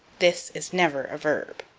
this is never a verb.